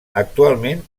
actualment